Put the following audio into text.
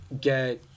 get